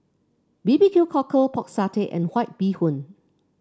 B B Q Cockle Pork Satay and White Bee Hoon